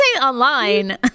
online